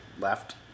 left